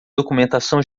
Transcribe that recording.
documentação